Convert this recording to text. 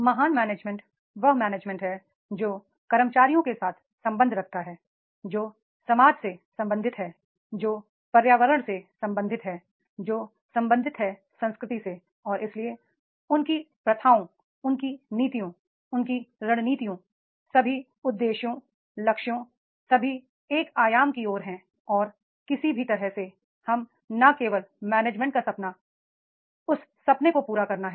महान मैनेजमेंट वह मैनेजमेंट है जो कर्मचारियों के साथ संबंध रखता है जो समाज से संबंधित है जो पर्यावरण से संबंधित है जो संबंधित है संस्कृति से और इसलिए उनकी प्रथाओं उनकी नीतियों उनकी रणनीतियों सभी उद्देश्यों लक्ष्यों सभी एक आयाम की ओर हैं और किसी भी तरह हमें न केवल प्रबंधन का सपना उस सपने को पूरा करना है